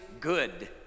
good